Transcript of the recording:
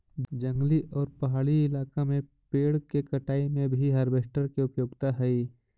जंगली आउ पहाड़ी इलाका में पेड़ के कटाई में भी हार्वेस्टर के उपयोगिता हई